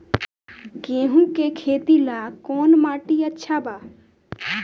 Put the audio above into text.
गेहूं के खेती ला कौन माटी अच्छा बा?